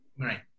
Right